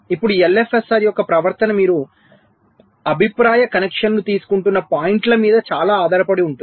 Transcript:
ఇప్పుడు LFSR యొక్క ప్రవర్తన మీరు అభిప్రాయ కనెక్షన్ను తీసుకుంటున్న పాయింట్ల మీద చాలా ఆధారపడి ఉంటుంది